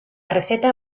receta